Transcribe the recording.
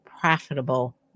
profitable